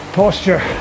posture